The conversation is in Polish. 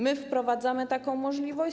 My wprowadzamy taką możliwość.